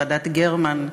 ועדת גרמן,